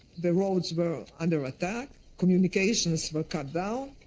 the roads were under attack, communications were cut down,